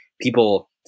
People